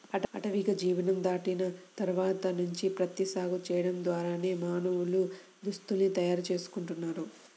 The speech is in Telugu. ఆటవిక జీవనం దాటిన తర్వాత నుంచి ప్రత్తి సాగు చేయడం ద్వారానే మానవులు దుస్తుల్ని తయారు చేసుకుంటున్నారు